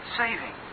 saving